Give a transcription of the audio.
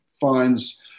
finds